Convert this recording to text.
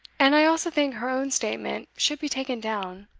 and i also think her own statement should be taken down,